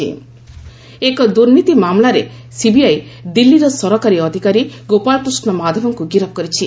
CBI arrest ଏକ ଦୁର୍ନୀତି ମାମଲାରେ ସିବିଆଇ ଦିଲ୍ଲୀର ସରକାରୀ ଅଧିକାରୀ ଗୋପାଳ କୃଷ୍ଣ ମାଧବଙ୍କୁ ଗିରଫ କରିଛି